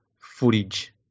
footage